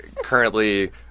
currently